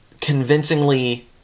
convincingly